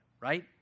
right